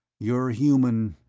you're human!